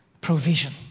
provision